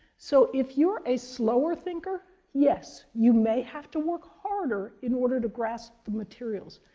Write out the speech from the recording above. so if you are a slower thinker, yes, you may have to work harder in order to grasp the materials,